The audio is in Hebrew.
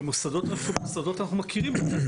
במוסדות אנחנו מכירים את המנהל.